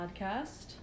podcast